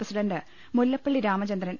president Mullappally Ramachandran